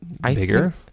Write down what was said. bigger